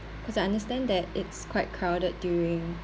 because I understand that it's quite crowded during